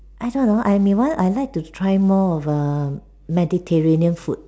I don't know I may want I like to try more of err Mediterranean food